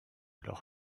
leurs